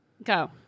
Go